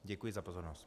Děkuji za pozornost.